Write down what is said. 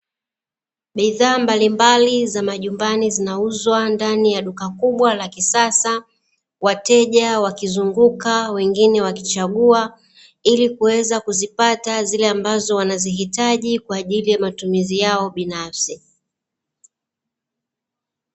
Bidhaa mbalimbali za majumbani zinauzwa ndani ya duka kubwa la kisasa, wateja wakizunguka wengine wakichagua ili kuweza kuzipata zile ambazo wanazihitaji kwa ajili ya matumizi yao binafsi.